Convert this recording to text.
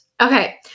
Okay